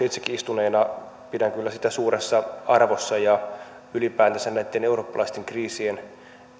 itsekin istuneena pidän kyllä sitä suuressa arvossa ylipäätänsä näitten eurooppalaisten kriisien